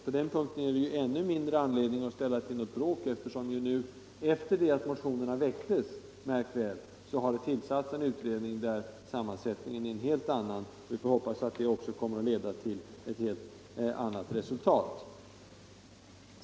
På den punkten är det ju ännu mindre anledning att ställa till bråk än när det gäller övriga punkter, eftersom det - märk väl: sedan motionerna väcktes — har tillsatts en utredning där sammansättningen är en helt annan. Vi får hoppas att det också kommer att leda till ett helt annat resultat.